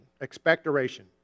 Expectoration